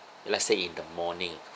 let's say in the morning